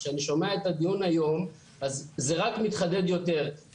כשאני שומע את הדיון היום אז זה רק מתחדד יותר.